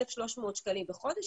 1,300 שקלים בחודש,